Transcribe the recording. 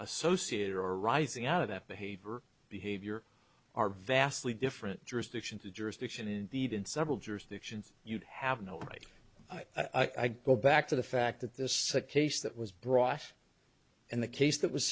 associated are arising out of that behavior behavior are vastly different jurisdiction to jurisdiction indeed in several jurisdictions you'd have no right i go back to the fact that this a case that was brought in the case that was